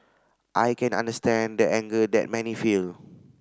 I can understand the anger that many feel